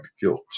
guilt